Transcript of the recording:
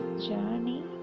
Journey